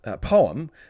poem